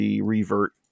revert